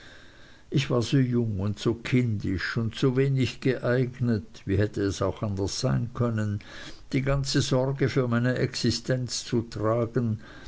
ich war so jung und so kindisch und so wenig geeignet wie hätte es auch anders sein können die ganze sorge für meine existenz zu tragen